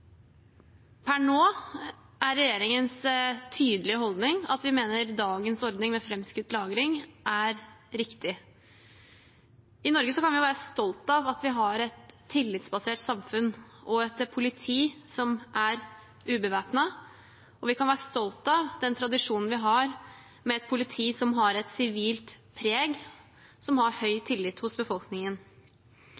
Per nå er regjeringens tydelige holdning at vi mener at dagens ordning med framskutt lagring er riktig. I Norge kan vi være stolte av at vi har et tillitsbasert samfunn og et politi som er ubevæpnet, og vi kan være stolte av den tradisjonen vi har med et politi som har et sivilt preg, og som har høy